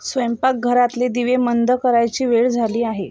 स्वयंपाकघरातले दिवे मंद करायची वेळ झाली आहे